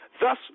Thus